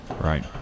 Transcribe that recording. Right